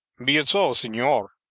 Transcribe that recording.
be it so, senor.